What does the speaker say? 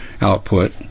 output